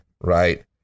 right